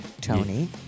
Tony